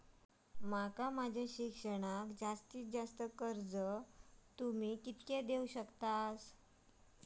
माका माझा शिक्षणाक जास्ती कर्ज कितीचा देऊ शकतास तुम्ही?